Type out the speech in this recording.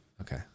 Okay